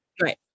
Right